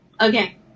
Okay